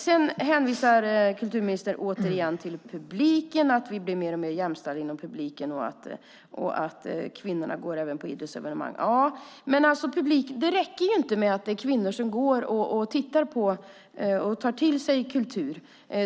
Kulturministern hänvisar återigen till publiken, att den blir mer och mer jämställd och att kvinnorna även går på idrottsevenemang. Men det räcker inte att det är kvinnor som går och tittar på och tar till sig kultur.